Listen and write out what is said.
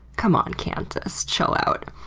come on, kansas, chill out.